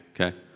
okay